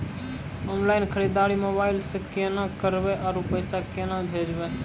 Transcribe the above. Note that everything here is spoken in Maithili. ऑनलाइन खरीददारी मोबाइल से केना करबै, आरु पैसा केना भेजबै?